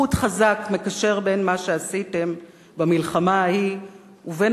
חוט חזק מקשר בין מה שעשיתם במלחמה ההיא ובין